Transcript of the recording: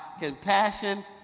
Compassion